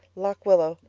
lock willow,